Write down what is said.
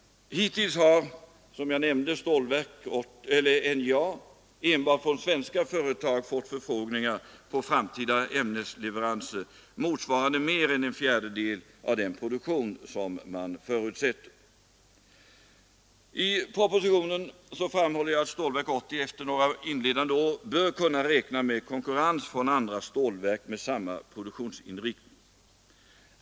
Som jag nämnde har NJA hittills enbart från svenska företag fått förfrågningar på framtida ämnesleveranser motsvarande mer än en fjärdedel av den produktion som förutsätts. I propositionen föreslås att Stålverk 80 efter några inledande år bör kunna räkna med konkurrens från andra stålverk med samma produktionsinriktning.